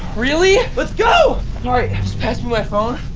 really? let's go! alright, just pass me my phone?